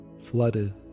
flooded